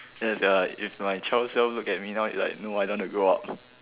then is their like if my child self look at me now no I don't want to grow up